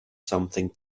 something